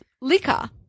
liquor